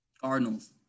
Cardinals